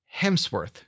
Hemsworth